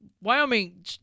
Wyoming